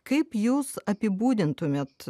kaip jūs apibūdintumėt